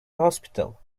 hospital